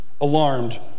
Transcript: Alarmed